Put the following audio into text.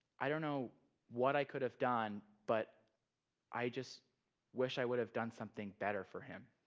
i don't know what i could have done, but i just wish i would have done something better for him.